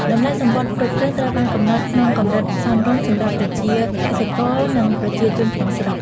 តម្លៃសំបុត្ររថភ្លើងត្រូវបានកំណត់ក្នុងកម្រិតសមរម្យសម្រាប់ប្រជាកសិករនិងប្រជាជនក្នុងស្រុក។